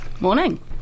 Morning